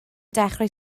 dechrau